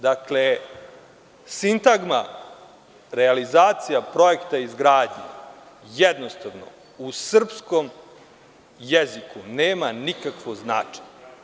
Dakle, sintagma realizacije projekta izgradnje jednostavno u srpskom jeziku nema nikakvo značenje.